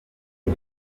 bwo